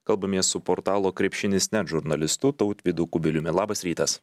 kalbamės su portalo krepšinis net žurnalistu tautvydu kubiliumi labas rytas